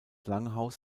langhaus